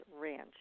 Ranch